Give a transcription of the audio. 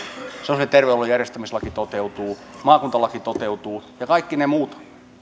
sosiaali ja terveydenhuollon järjestämislaki toteutuu maakuntalaki toteutuu ja kaikki ne muut